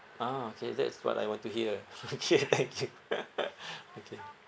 ah okay that's what I want to hear okay okay okay